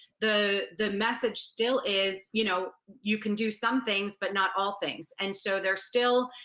the the message still is, you know, you can do some things, but not all things. and so they're still